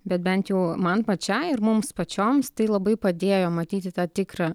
bet bent jau man pačiai ir mums pačioms tai labai padėjo matyti tą tikrą